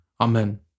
Amen